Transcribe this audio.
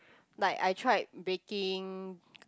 like I tried baking